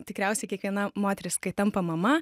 tikriausiai kiekviena moteris kai tampa mama